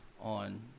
On